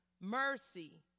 mercy